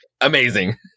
amazing